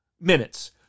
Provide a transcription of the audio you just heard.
minutes